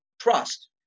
trust